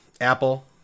apple